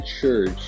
church